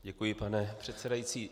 Děkuji, pane předsedající.